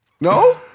No